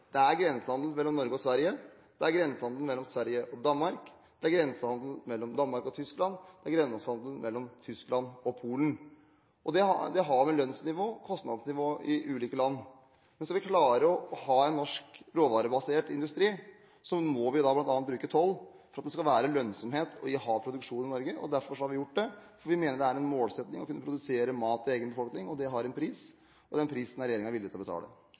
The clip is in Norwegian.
Det er grensehandel mellom Norge og Sverige, det er grensehandel mellom Sverige og Danmark, det er grensehandel mellom Danmark og Tyskland, og det er grensehandel mellom Tyskland og Polen. Det har å gjøre med lønnsnivå og kostnadsnivå i ulike land. Men skal vi klare å ha en norsk råvarebasert industri, må vi da bl.a. bruke toll for at det skal være lønnsomt i å ha produksjon i Norge. Derfor har vi gjort dette, for vi mener det er en målsetning å kunne produsere mat til egen befolkning. Det har en pris, og den prisen er regjeringen villig til å betale.